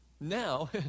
Now